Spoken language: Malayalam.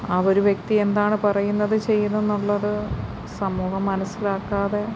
ആ ഒരു വ്യക്തി എന്താണ് പറയുന്നത് ചെയ്യുന്നെന്നുള്ളത് സമൂഹം മനസിലാക്കാതെ